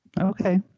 Okay